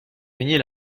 gagner